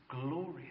glorious